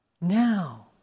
Now